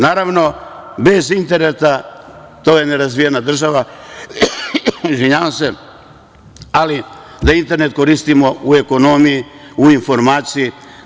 Naravno, bez interneta, to je nerazvijena država, ali da internet koristimo u ekonomiji, u informaciji.